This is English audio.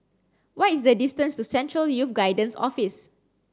what is the distance to Central Youth Guidance Office